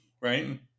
right